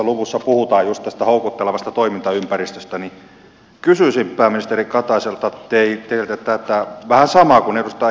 luvussa puhutaan just tästä houkuttelevasta toimintaympäristöstä joten kysyisin teiltä pääministeri katainen vähän tätä samaa kuin edustaja hiltunen